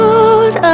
Lord